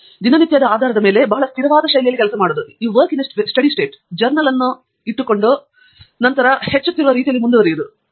ಆದರೆ ದಿನನಿತ್ಯದ ಆಧಾರದ ಮೇಲೆ ಬಹಳ ಸ್ಥಿರವಾದ ಶೈಲಿಯಲ್ಲಿ ಕೆಲಸ ಮಾಡುವುದು ಜರ್ನಲ್ ಅನ್ನು ಇಟ್ಟುಕೊಂಡು ನಂತರ ಹೆಚ್ಚುತ್ತಿರುವ ರೀತಿಯಲ್ಲಿ ಮುಂದುವರಿಯುವುದು